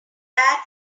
bad